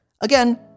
Again